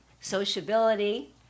sociability